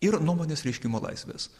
ir nuomonės reiškimo laisvės